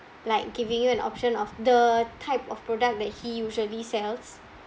like giving you an option of the type of product that he usually sells